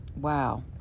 wow